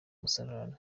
musarane